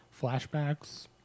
Flashbacks